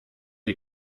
die